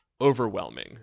overwhelming